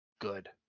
good